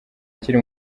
akiri